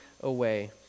away